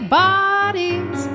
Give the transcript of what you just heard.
bodies